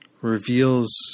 reveals